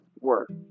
work